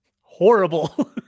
Horrible